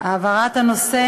לא, יש פה עוד.